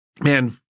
man